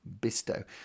Bisto